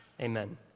Amen